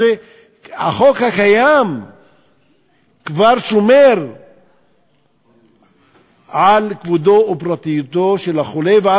החוק הקיים כבר שומר על כבודו ופרטיותו של החולה ועל